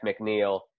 McNeil